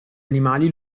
animali